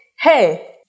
hey